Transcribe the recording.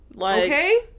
Okay